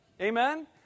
Amen